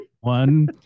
One